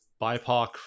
BIPOC